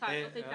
בדיחה.